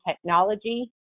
technology